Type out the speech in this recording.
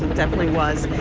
definitely was.